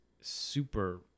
super